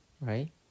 right